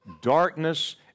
darkness